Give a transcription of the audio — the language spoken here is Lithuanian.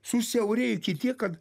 susiaurėjo iki tiek kad